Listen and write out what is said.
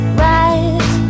right